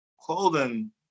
clothing